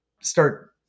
start